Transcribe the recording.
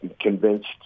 convinced